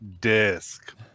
disc